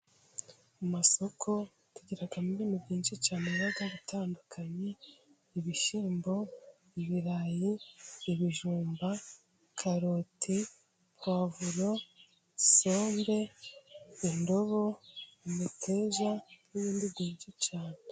Mu masoko tugira mo ibintu byinshi cyane biba bitandukanye: ibishyimbo, ibirayi, ibijumba, karoti, pavuro, isombe, indobo, imiteja n'ibindi byinshi cyane.